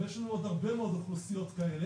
אבל יש לנו עוד הרבה מאוד אוכלוסיות כאלה,